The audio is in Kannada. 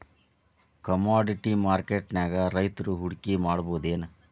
ಕಾಮೊಡಿಟಿ ಮಾರ್ಕೆಟ್ನ್ಯಾಗ್ ರೈತ್ರು ಹೂಡ್ಕಿ ಮಾಡ್ಬಹುದೇನ್?